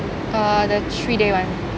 uh the three day one